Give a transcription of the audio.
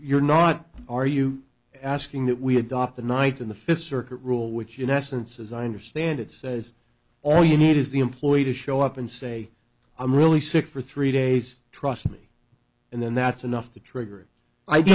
you're not are you asking that we adopt a knight in the fifth circuit rule which in essence as i understand it says all you need is the employee to show up and say i'm really sick for three days trust me and then that's enough to trigger i